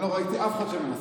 אני לא ראיתי אף אחד שמנסה.